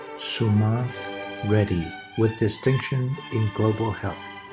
sumanth reddy with distinction in global health.